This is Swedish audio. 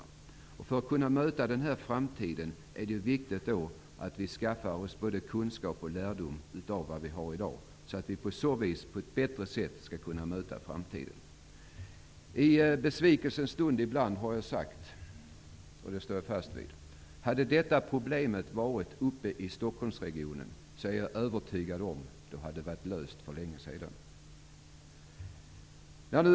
För att vi på ett bättre sätt skall kunna möta framtiden är det därför viktigt att vi i dag skaffar oss både kunskap och lärdom. Jag har ibland i besvikelsens stund sagt -- och det står jag fast vid -- att jag är övertygad om att detta problem hade varit löst för länge sedan om det hade inträffat uppe i Stockholmsregionen.